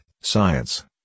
science